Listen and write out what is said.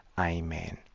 Amen